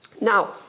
now